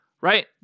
right